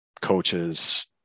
coaches